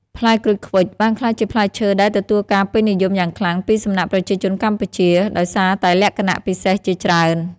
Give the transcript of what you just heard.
ផ្លែក្រូចឃ្វិចបានក្លាយជាផ្លែឈើដែលទទួលការពេញនិយមយ៉ាងខ្លាំងពីសំណាក់ប្រជាជនកម្ពុជាដោយសារតែលក្ខណៈពិសេសជាច្រើន។